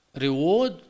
reward